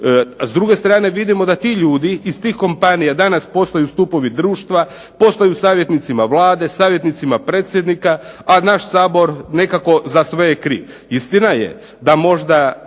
s druge strane vidimo da ti ljudi iz tih kompanija danas postaju stupovi društva, postaju savjetnicima Vlade, savjetnicima predsjednika, a naš Sabor nekako za sve je kriv.